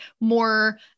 more